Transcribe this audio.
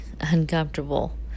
uncomfortable